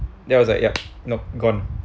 then I was like ya no gone